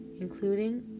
including